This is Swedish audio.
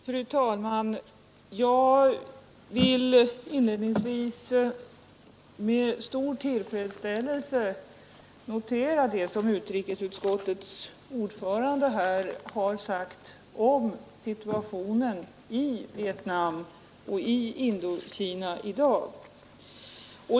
Fru talman! Jag vill inledningsvis säga att jag med stor tillfredsställelse noterar vad utrikesutskottets ordförande sade om situationen i Vietnam och Indokina i dag.